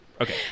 Okay